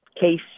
case